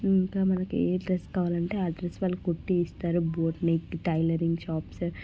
ఇంకా మనకి ఏ డ్రెస్ కావాలంటే ఆ డ్రెస్ వాళ్ళు కుట్టి ఇస్తారు బోటిక్ టైలరింగ్ షాప్స్